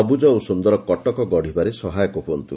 ସବୁକ ଓ ସୁନ୍ଦର କଟକ ଗତିବାରେ ସହାୟକ ହୁଅନ୍ତୁ